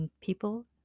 people